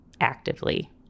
actively